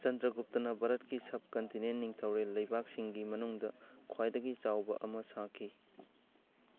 ꯆꯟꯗ꯭ꯔ ꯒꯨꯞꯇꯥꯅ ꯚꯥꯔꯠꯀꯤ subcontinent ꯅꯤꯡꯊꯧꯔꯦꯜ ꯂꯩꯕꯥꯛꯁꯤꯡꯒꯤ ꯃꯅꯨꯡꯗ ꯈ꯭ꯋꯥꯏꯗꯒꯤ ꯆꯥꯎꯕ ꯑꯃ ꯁꯥꯈꯤ